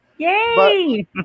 Yay